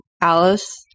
Alice